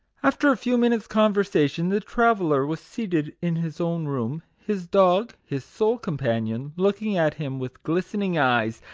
after a few minutes' conversation, the tra veller was seated in his own room, his dog, his sole companion, looking at him with glisten ing eyes,